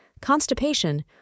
constipation